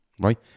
right